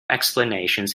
explanations